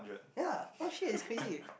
ya what the shit it's crazy